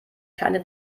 keine